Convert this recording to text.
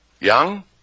Young